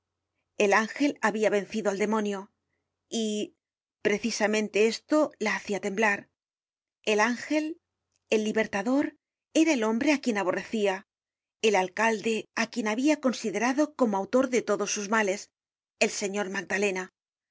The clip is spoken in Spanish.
el ángel habia vencido al demonio y precisamente esto la hacia temblar el ángel el libertador era el hombre á quien aborrecia el alcalde á quien habia considerado comor autor de todos su males el señor magdalena